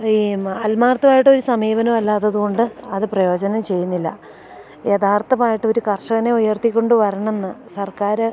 ഈ ആത്മാർത്ഥമായിട്ടൊരു സമീപനം അല്ലാത്തതു കൊണ്ട് അത് പ്രയോജനം ചെയ്യുന്നില്ല യഥാർത്ഥമായിട്ടൊരു കർഷകനെ ഉയർത്തിക്കൊണ്ട് വരണമെന്നു സർക്കാർ